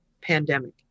pandemic